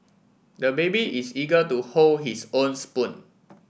the baby is eager to hold his own spoon